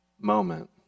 moment